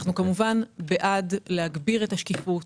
כמובן, אנחנו בעד הגברת השקיפות,